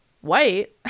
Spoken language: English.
white